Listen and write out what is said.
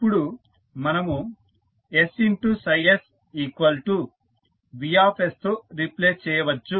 ఇప్పుడు మనము ss V తో రీప్లేస్ చేయవచ్చు